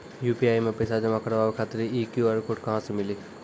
UPI मे पैसा जमा कारवावे खातिर ई क्यू.आर कोड कहां से मिली?